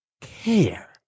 care